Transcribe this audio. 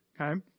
okay